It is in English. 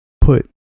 put